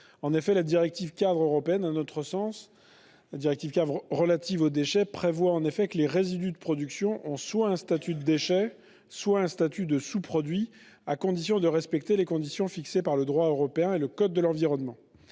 au regard du droit de l'Union européenne. La directive-cadre sur les déchets prévoit en effet que les résidus de production ont soit un statut de déchet, soit un statut de sous-produit, à condition de respecter les conditions fixées par le droit européen et le code de l'environnement.